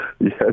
Yes